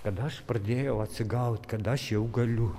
kad aš pradėjau atsigaut kad aš jau galiu